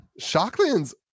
Shocklands